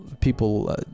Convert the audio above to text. people